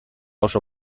oso